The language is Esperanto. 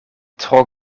tro